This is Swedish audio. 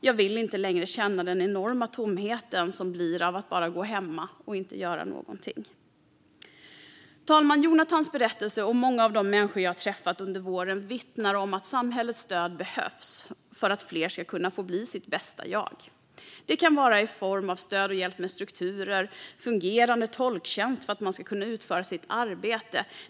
Jag vill inte längre känna den enorma tomhet som blir av att bara gå hemma och inte göra någonting. Herr talman! Jonathans berättelse och många av de människor jag träffat under våren vittnar om att samhällets stöd behövs för att fler ska kunna få bli sitt bästa jag. Det kan vara i form av stöd och hjälp med struktur eller en fungerande tolktjänst för att man ska kunna utföra sitt arbete.